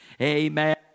Amen